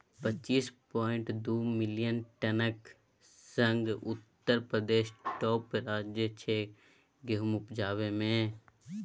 पच्चीस पांइट दु दु मिलियन टनक संग उत्तर प्रदेश टाँप राज्य छै गहुमक उपजा मे